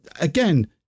again